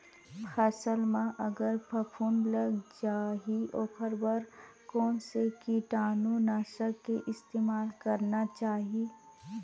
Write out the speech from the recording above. फसल म अगर फफूंद लग जा ही ओखर बर कोन से कीटानु नाशक के इस्तेमाल करना चाहि?